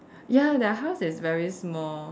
ya their house is very small